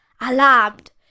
Alarmed